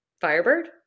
Firebird